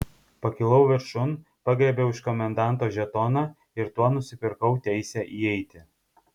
pakilau viršun pagriebiau iš komendanto žetoną ir tuo nusipirkau teisę įeiti